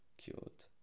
cute